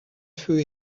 feu